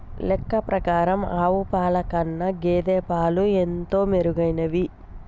లెక్క ప్రకారం ఆవు పాల కన్నా గేదె పాలు ఎంతో మెరుగైనవి